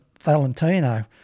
Valentino